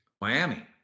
Miami